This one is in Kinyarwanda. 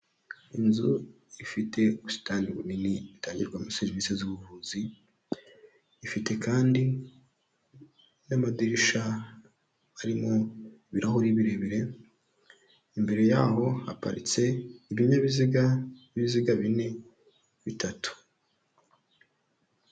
Inzu ifite ubusitani bunini itangirwamo serivisi z'ubuvuzi, ifite kandi n'amadirishya arimo ibirahure birebire, imbere yaho haparitse ibinyabiziga, ibinyabiziga bine, bitatu.